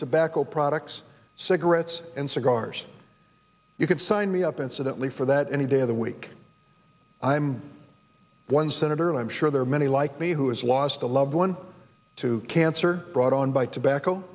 tobacco products cigarettes and cigars you can sign me up incident and for that any day of the week i'm one senator and i'm sure there are many like me who has lost a loved one to cancer brought on by tobacco